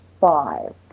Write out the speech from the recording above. five